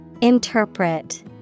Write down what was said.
Interpret